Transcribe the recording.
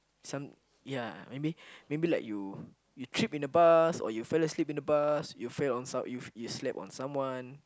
some ya maybe maybe like you you trip in the bus or you fell asleep in the bus you fell you slept on someone